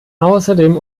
außerdem